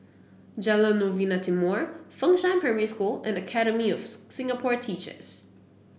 Jalan Novena Timor Fengshan Primary School and Academy of Singapore Teachers